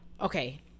Okay